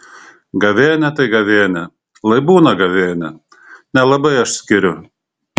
gavėnia tai gavėnia lai būna gavėnia nelabai aš skiriu